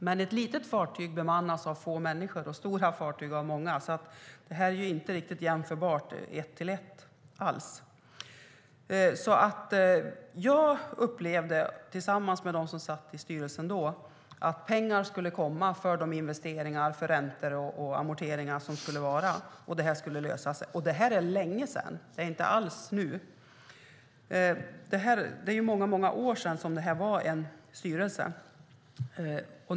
Men ett litet fartyg bemannas av få och stora fartyg av många, så det inte är riktigt jämförbart. Jag upplevde, tillsammans med dem som satt i styrelsen då, att pengar skulle komma för investeringar, räntor och amorteringar. Det skulle lösa sig. Det här är länge sedan, inte alls nu. Det är många år sedan som det var en styrelse.